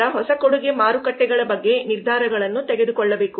ನಂತರ ಹೊಸ ಕೊಡುಗೆ ಮಾರುಕಟ್ಟೆಗಳ ಬಗ್ಗೆ ನಿರ್ಧಾರಗಳನ್ನು ತೆಗೆದುಕೊಳ್ಳುವುದು